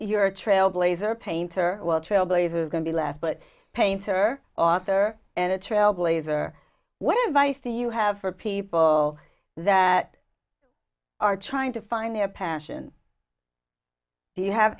you're a trailblazer painter well trailblazers going to last but painter author and a trailblazer what advice do you have for people that are trying to find their passion you have